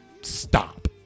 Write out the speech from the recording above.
stop